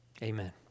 Amen